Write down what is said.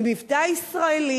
עם מבטא ישראלי,